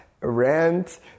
rent